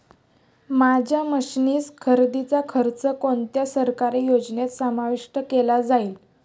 माझ्या मशीन्स खरेदीचा खर्च कोणत्या सरकारी योजनेत समाविष्ट केला जाईल?